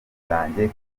bwanjye